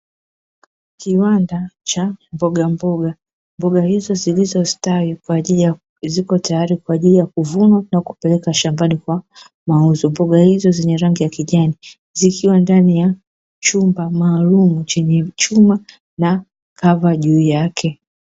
Kiwanda cha mbogamboga. Mboga hizo zilizo stawi zipo tayari kwa ajili ya kuvuna na kupeleka shambani kwa mauzo. Mboga hizo zenye rangi ya kijani zikiwa ndani ya chumba maalumu chenye chuma na kava juu yake.